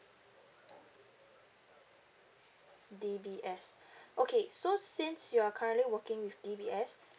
D_B_S okay so since you're currently working with D_B_S